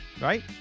Right